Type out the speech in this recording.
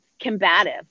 combative